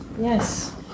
Yes